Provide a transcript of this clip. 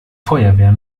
feuerwehr